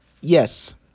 Yes